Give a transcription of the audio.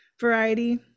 variety